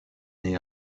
née